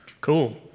Cool